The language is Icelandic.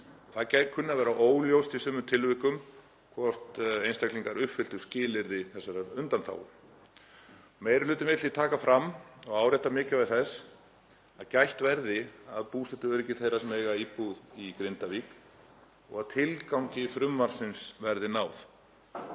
það kynni að vera óljóst í sumum tilvikum hvort einstaklingar uppfylltu skilyrði þessarar undanþágu. Meiri hlutinn vill taka fram og árétta mikilvægi þess að gætt verði að búsetuöryggi þeirra sem eiga íbúð í Grindavík og tilgangi frumvarpsins verði náð,